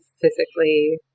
physically